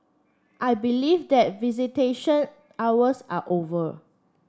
I believe that visitation hours are over